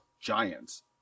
giants